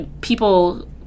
people